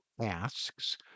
asks